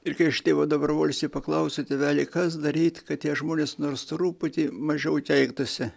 ir kai aš tėvo dobrovolskio paklausiau tėveli kas daryt kad tie žmonės nors truputį mažiau keiktųsi